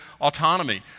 autonomy